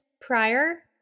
prior